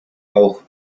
auch